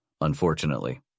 unfortunately